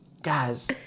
Guys